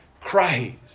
Christ